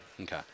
Okay